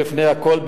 ולפני הכול,